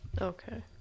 Okay